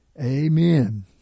Amen